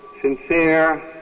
sincere